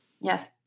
Yes